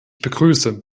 begrüße